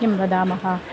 किं वदामः